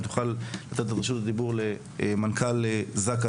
אם תוכל לתת את רשות הדיבור למנכ״ל זק״א,